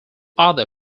other